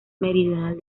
meridional